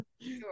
Sure